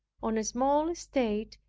on a small estate,